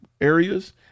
areas